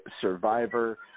Survivor